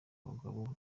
abagabo